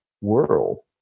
world